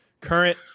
Current